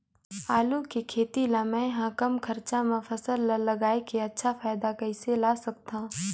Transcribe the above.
आलू के खेती ला मै ह कम खरचा मा फसल ला लगई के अच्छा फायदा कइसे ला सकथव?